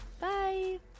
bye